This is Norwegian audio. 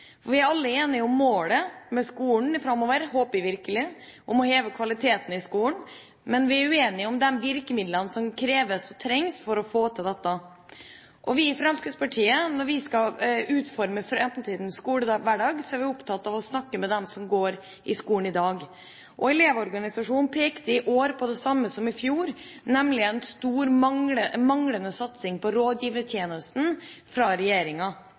strategi. Vi er alle enige om målet med skolen framover, det håper jeg virkelig, å heve kvaliteten i skolen, men vi er uenige om de virkemidlene som kreves og trengs for å få til dette. Når vi i Fremskrittspartiet skal utforme framtidens skolehverdag, er vi opptatt av å snakke med dem som går på skolen i dag. Elevorganisasjonen pekte i år på det samme som i fjor, nemlig en stor manglende satsing på rådgivertjenesten fra regjeringa.